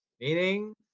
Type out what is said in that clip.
Meaning